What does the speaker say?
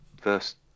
first